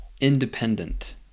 independent